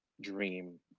Dream